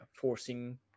forcing